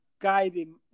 guiding